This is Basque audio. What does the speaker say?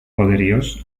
poderioz